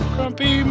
Grumpy